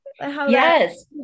yes